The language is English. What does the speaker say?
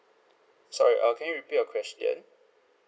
sorry err can you repeat your question